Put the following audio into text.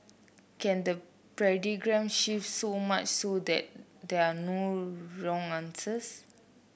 can the shift so much so that there are no wrong answers